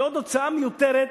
זה עוד הוצאה מיותרת,